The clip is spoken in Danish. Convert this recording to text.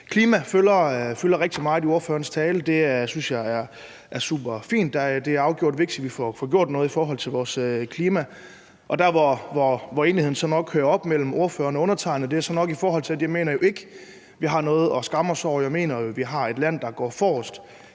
Klimaet fylder rigtig meget i ordførerens tale, og det synes jeg er superfint. Det er afgjort vigtigt, at vi får gjort noget i forhold til vores klima. Der, hvor enigheden mellem ordføreren og undertegnede så nok hører op, er så der, hvor jeg jo ikke mener, vi har noget at skamme os over. Jeg mener jo, vi har et land, der går forrest